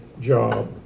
job